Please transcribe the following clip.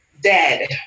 dead